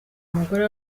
umugore